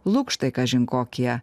lukštai kažin kokie